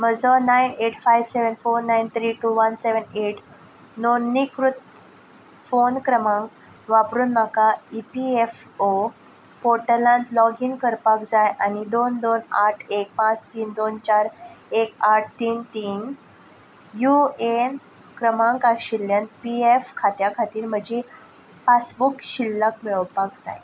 म्हजो nine eight five seven four nine three two one seven eight नोंदणीकृत phone क्रमांक वापरून म्हाका ई पी एफ ओ पोर्टलांत लॉगीन करपाक जाय आनी दोन दोन आठ एक पांच तीन दोन चार एक आठ तीन तीन यु ए एन क्रमांक आशिल्ल्यान पी एफ खात्या खातीर म्हजी पासबुक शिल्लक मेळोवपाक जाय